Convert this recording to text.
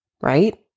Right